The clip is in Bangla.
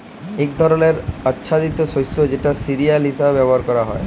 এক ধরলের আচ্ছাদিত শস্য যেটা সিরিয়াল হিসেবে ব্যবহার ক্যরা হ্যয়